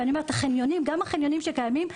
וגם החניונים שקיימים.